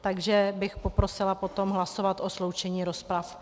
Takže bych poprosila potom hlasovat o sloučení rozpravy.